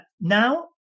now